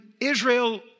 Israel